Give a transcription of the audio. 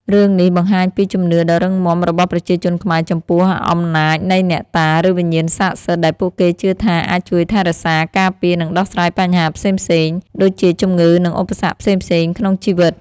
រឿងនេះបង្ហាញពីជំនឿដ៏រឹងមាំរបស់ប្រជាជនខ្មែរចំពោះអំណាចនៃអ្នកតា ឬវិញ្ញាណស័ក្តិសិទ្ធិ ដែលពួកគេជឿថាអាចជួយថែរក្សា ការពារ និងដោះស្រាយបញ្ហាផ្សេងៗ ដូចជាជំងឺ និងឧបសគ្គផ្សេងៗក្នុងជីវិត ។